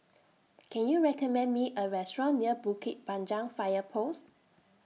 Can YOU recommend Me A Restaurant near Bukit Panjang Fire Post